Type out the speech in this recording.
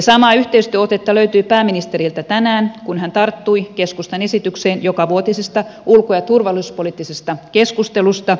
samaa yhteistyöotetta löytyi pääministeriltä tänään kun hän tarttui keskustan esitykseen jokavuotisesta ulko ja turvallisuuspoliittisesta keskustelusta